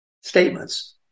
statements